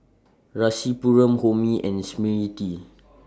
Rasipuram Homi and Smriti